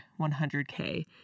100K